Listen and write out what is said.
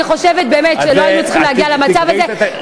אני חושבת שלא היינו צריכים להגיע למצב הזה,